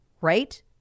right